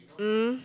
mm